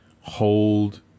Hold